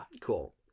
Cool